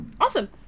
awesome